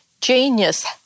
genius